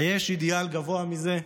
היש אידיאל גבוה מזה?